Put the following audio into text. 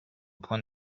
point